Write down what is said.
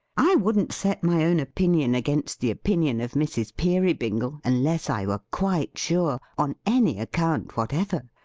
i wouldn't set my own opinion against the opinion of mrs. peerybingle, unless i were quite sure, on any account whatever.